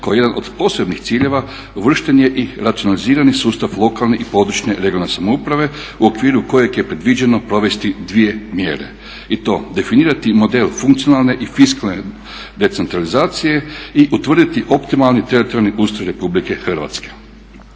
Kao jedan od posebnih ciljeva uvršten je i racionalizirani sustav lokalne i područne (regionalne) samouprave u okviru kojeg je predviđeno provesti dvije mjere. I to definirati model funkcionalne i fiskalne decentralizacije i utvrditi optimalni teritorijalni ustroj Republike Hrvatske.